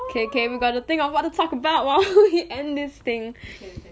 K K we've got to think of what to talk about while we end this thing